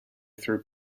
through